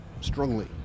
strongly